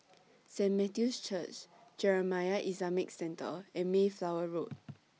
Saint Matthew's Church Jamiyah Islamic Centre and Mayflower Road